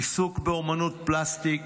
עיסוק באומנות פלסטית